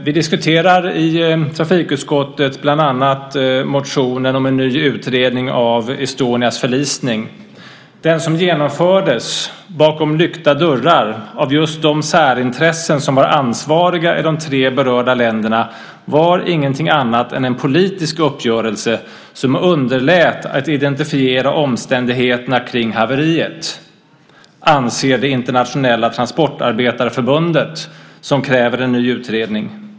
Vi diskuterar i trafikutskottet bland annat motionen om en ny utredning av Estonias förlisning. Den utredning som genomfördes bakom lyckta dörrar av just de särintressen som var ansvariga i de tre berörda länderna var ingenting annat än en politisk uppgörelse som underlät att identifiera omständigheterna kring haveriet. Det anser det internationella transportarbetarförbundet, som kräver en ny utredning.